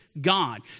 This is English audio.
God